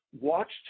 watched